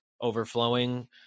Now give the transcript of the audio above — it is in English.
overflowing